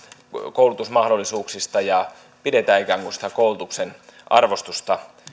koulutusmahdollisuuksista ja pidetään ikään kuin sitä koulutuksen arvostusta